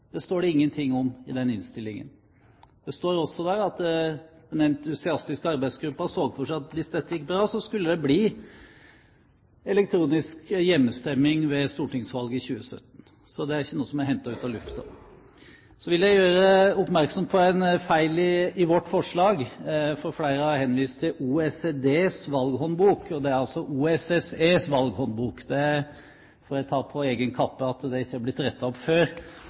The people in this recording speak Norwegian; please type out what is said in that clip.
Det står det ingenting om i den innstillingen. Det står også der at den entusiastiske arbeidsgruppen så for seg at hvis dette gikk bra, skulle det bli elektronisk hjemmestemming ved stortingsvalget i 2017. Så det er ikke noe som er hentet ut av lufta. Så vil jeg gjøre oppmerksom på en feil i vårt forslag, for flere har henvist til OECDs valghåndbok. Det er altså OSSEs valghåndbok. Jeg får ta på egen kappe at det ikke har blitt rettet opp før.